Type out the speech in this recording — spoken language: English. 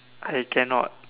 I cannot